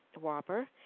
whopper